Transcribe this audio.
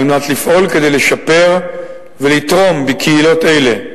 על מנת לפעול כדי לשפר ולתרום בקהילות אלה.